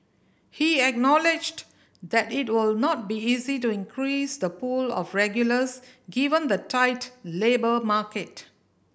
he acknowledged that it will not be easy to increase the pool of regulars given the tight labour market